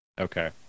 okay